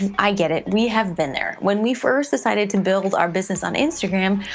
i get it, we have been there. when we first decided to build our business on instagram,